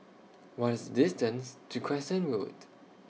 What IS The distance to Crescent Road